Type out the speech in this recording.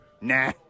nah